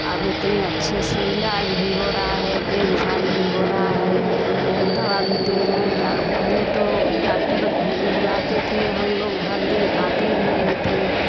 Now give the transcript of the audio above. अब इतने अच्छे से इलाज भी हो रहा है देखभाल भी हो रहा है दवा भी दे रहे हैं पहले तो डॉक्टर बुलाते थे हम लोग जल्दी आते भी नहीं थे